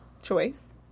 choice